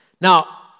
Now